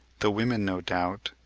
the women, no doubt,